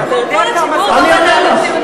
תני לי לגמור,